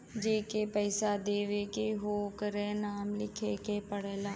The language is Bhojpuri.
जेके पइसा देवे के हौ ओकर नाम लिखे के पड़ला